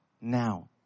now